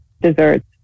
desserts